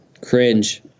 Cringe